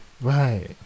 right